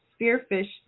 Spearfish